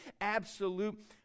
absolute